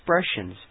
expressions